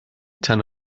tan